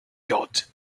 god